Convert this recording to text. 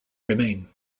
remain